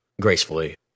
gracefully